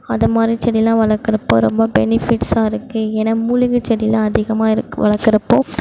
அது மாதிரி செடிலாம் வளக்கிறப்ப ரொம்ப பெனிஃபிட்ஸாக இருக்கும் ஏன்னா மூலிகை செடிலாம் அதிகமாக வளக்கிறப்போ